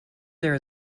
there